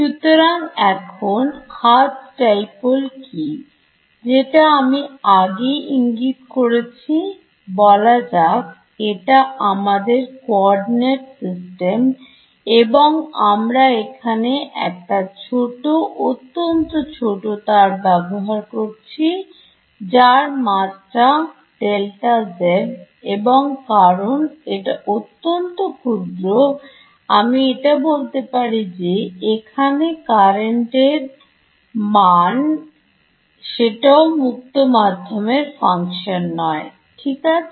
সুতরাং এখন Hertz Dipole কি যেটা আমি আগেই ইঙ্গিত করেছি বলা যাক এটা আমাদের Coordinate System এবং আমরা এখানে একটা ছোট অত্যন্ত ছোট তার ব্যবহার করছি যার মাত্রা Δzএবং কারণ এটা অত্যন্ত ক্ষুদ্র আমি এটা বলতে পারি যে এখানে কারেন্টের মানধ্রুব সেটাও মুক্ত মাধ্যমে Function নয় ঠিক আছে